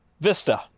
Vista